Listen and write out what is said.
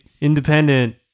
Independent